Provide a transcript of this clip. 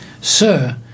Sir